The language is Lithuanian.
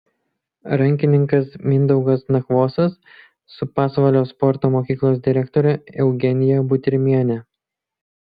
rankininkas mindaugas nakvosas su pasvalio sporto mokyklos direktore eugenija butrimiene